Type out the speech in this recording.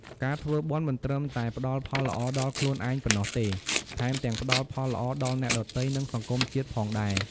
ការធ្វើបុណ្យមិនត្រឹមតែផ្តល់ផលល្អដល់ខ្លួនឯងប៉ុណ្ណោះទេ ថែមទាំងផ្តល់ផលល្អដល់អ្នកដទៃ និងសង្គមជាតិផងដែរ។